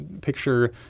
picture